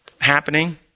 happening